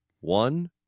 One